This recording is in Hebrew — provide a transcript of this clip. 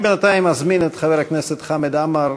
בינתיים אזמין את חבר הכנסת חמד עמאר,